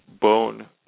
bone